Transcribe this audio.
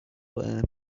worm